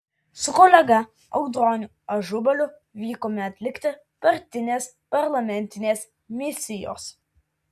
su kolega audroniu ažubaliu vykome atlikti partinės parlamentinės misijos